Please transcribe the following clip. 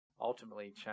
ultimately